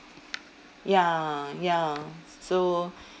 ya ya s~ so